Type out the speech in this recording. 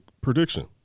prediction